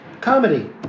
comedy